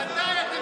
מתי?